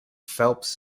phelps